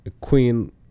queen